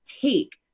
take